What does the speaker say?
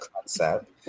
concept